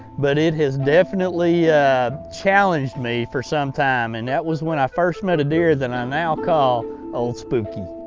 but it has definitely challenged me for some time. and that was when i first met a deer that i now call old spooky.